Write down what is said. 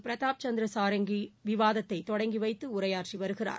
Pratap சந்திரசாரங்கிவிவாதத்தைதொடங்கிவைத்தஉரையாற்றிவருகிறார்